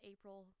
April